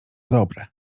dobre